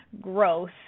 growth